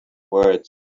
words